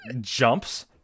jumps